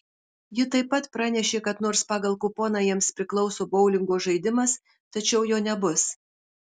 ji taip pat pranešė kad nors pagal kuponą jiems priklauso boulingo žaidimas tačiau jo nebus